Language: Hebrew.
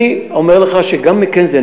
אני אומר לך שגם "מקינזי",